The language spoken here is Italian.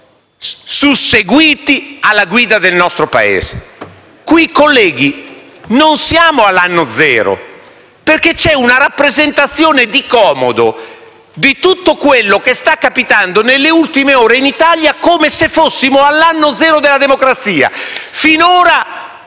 susseguiti alla guida del nostro Paese. Qui, colleghi, non siamo all'anno zero. Lo dico perché c'è una rappresentazione di comodo di tutto quello che sta capitando nelle ultime ore in Italia, come se fossimo all'anno zero della democrazia: secondo